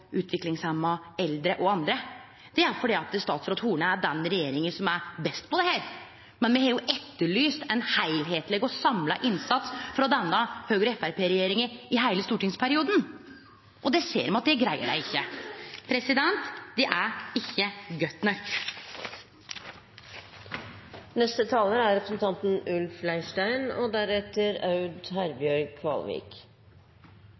utviklingshemma, eldre og andre. Det er fordi statsråd Horne er den i regjeringa som er best på dette. Men me har jo etterlyst ein heilskapleg og samla innsats frå denne Høgre–Framstegsparti-regjeringa i heile stortingsperioden, og det ser me at dei ikkje greier. Det er ikkje godt nok. I motsetning til foregående taler mener jeg at regjeringen har jobbet godt med planen og